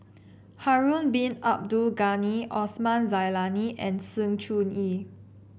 Harun Bin Abdul Ghani Osman Zailani and Sng Choon Yee